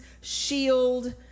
shield